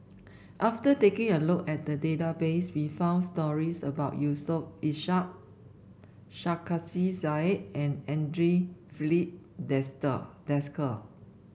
after taking a look at the database we found stories about Yusof Ishak Sarkasi Said and Andre Filipe Desker